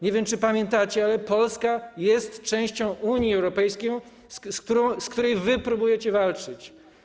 Nie wiem, czy pamiętacie, ale Polska jest częścią Unii Europejskiej, z którą wy próbujecie walczyć.